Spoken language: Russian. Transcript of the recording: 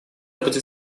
будет